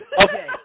okay